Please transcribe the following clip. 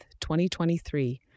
2023